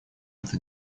эта